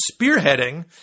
spearheading